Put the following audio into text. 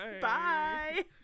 Bye